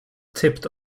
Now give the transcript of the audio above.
tipped